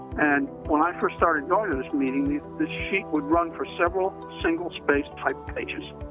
and when i first started going to this meeting, this this sheet would run for several single-space typed pages.